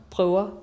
prøver